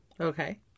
Okay